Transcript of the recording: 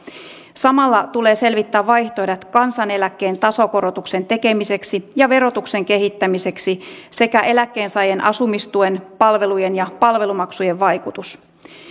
samalla tulee selvittää vaihtoehdot kansaneläkkeen tasokorotuksen tekemiseksi ja verotuksen kehittämiseksi sekä eläkkeensaajien asumistuen palvelujen ja palvelumaksujen vaikutus